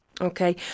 Okay